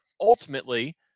ultimately